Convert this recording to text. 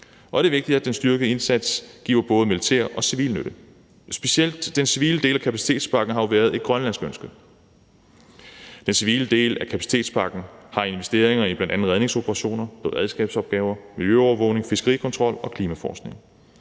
og det er vigtigt, at den styrkede indsats giver både militær og civil nytte. Specielt den civile del af kapacitetspakken har været et grønlandsk ønske. Den civile del af kapacitetspakken har investeringer i bl.a. redningsoperationer, beredskabsopgaver, miljøovervågning, fiskerikontrol og klimaforskning.